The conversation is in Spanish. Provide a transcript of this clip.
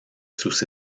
sus